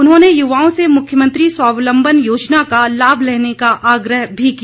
उन्होंने युवाओं से मुख्यमंत्री स्वावलंबन योजना का लाभ लेने का आग्रह भी किया